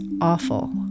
awful